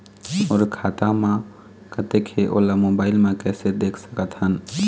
मोर खाता म कतेक हे ओला मोबाइल म कइसे देख सकत हन?